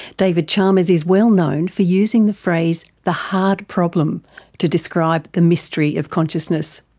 david chalmers is well known for using the phrase the hard problem to describe the mystery of consciousness.